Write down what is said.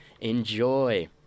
Enjoy